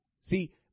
See